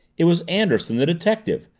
it was anderson, the detective!